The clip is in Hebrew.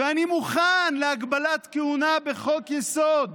ואני מוכן להגבלת כהונה בחוק-יסוד,